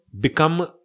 become